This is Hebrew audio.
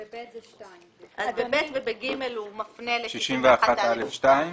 ב-(ב) וב-(ג) הוא מפנה ל-א61(א)(2).